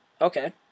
Okay